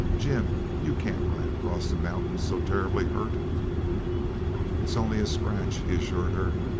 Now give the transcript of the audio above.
jim, you can't ride across the mountains so terribly hurt it's only a scratch, he assured her.